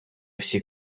всі